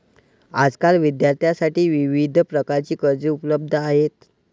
आजकाल विद्यार्थ्यांसाठी विविध प्रकारची कर्जे उपलब्ध आहेत